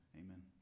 amen